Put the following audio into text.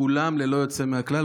כולם ללא יוצא מהכלל,